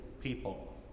People